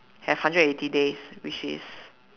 have hundred and eighty days which is